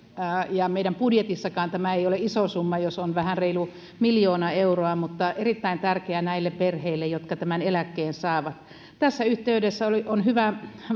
meidän budjetissammekaan tämä ei ole iso summa jos se on vähän reilu miljoona euroa mutta erittäin tärkeä perheille jotka tämän eläkkeen saavat tässä yhteydessä on hyvä